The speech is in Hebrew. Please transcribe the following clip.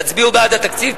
תצביעו בעד התקציב,